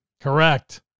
Correct